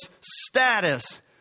status